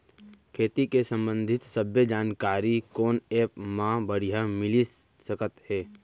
खेती के संबंधित सब्बे जानकारी कोन एप मा बढ़िया मिलिस सकत हे?